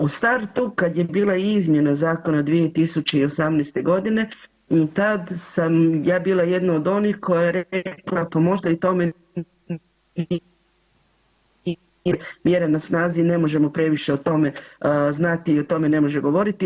U startu kad je bila izmjena zakona 2018.g. tad sam ja bila jedna od onih koja je rekla pa možda i tome … [[Govornik se ne razumije zbog loše veze]] mjere na snazi ne možemo previše o tome znati i o tome ne može govoriti.